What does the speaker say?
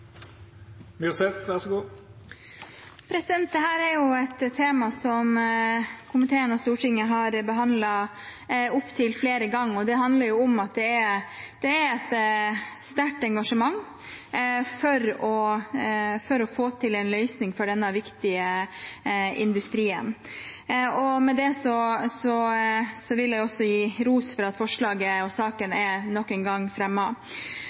jo et tema som komiteen og Stortinget har behandlet opptil flere ganger, og det handler om at det er et sterkt engasjement for å få til en løsning for denne viktige industrien. Med det vil jeg også gi ros for at forslaget og saken nok en gang